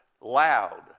loud